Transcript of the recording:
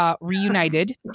reunited